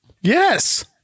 Yes